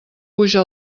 puja